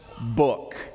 book